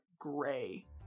gray